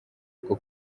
rwo